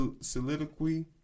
soliloquy